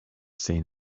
seen